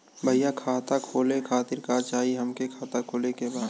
भईया खाता खोले खातिर का चाही हमके खाता खोले के बा?